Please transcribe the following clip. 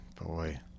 Boy